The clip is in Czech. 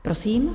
Prosím.